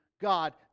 God